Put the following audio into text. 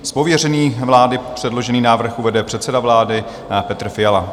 Z pověření vlády předložený návrh uvede předseda vlády Petr Fiala.